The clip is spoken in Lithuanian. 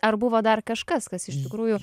ar buvo dar kažkas kas iš tikrųjų